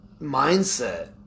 mindset